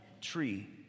tree